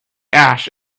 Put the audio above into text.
ash